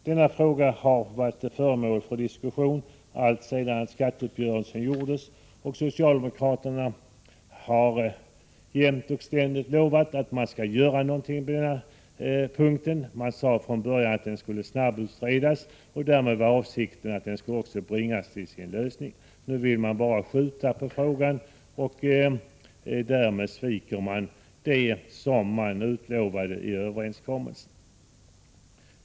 Denna fråga har varit föremål för diskussion alltsedan skatteuppgörelsen träffades, och socialdemokraterna har jämt och ständigt lovat att man skall göra någonting på den punkten. Från början sade man att frågan skulle snabbutredas. Därmed var avsikten att den också skulle bringas till sin lösning. Nu vill man bara skjuta på frågan, och därmed sviker man vad man lovade i överenskommelsen.